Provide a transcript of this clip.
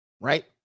right